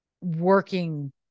Working